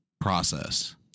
process